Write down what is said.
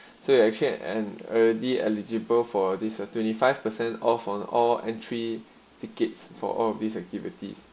so actually and already eligible for this uh twenty five percent of on all entry tickets for all of these activities